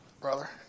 brother